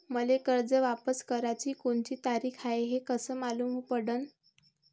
मले कर्ज वापस कराची कोनची तारीख हाय हे कस मालूम पडनं?